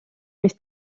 mis